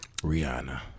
Rihanna